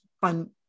fun